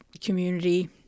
community